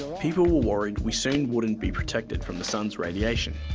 people were worried we soon wouldn't be protected from the sun's radiation.